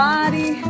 Body